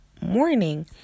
morning